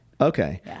okay